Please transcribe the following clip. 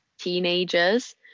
teenagers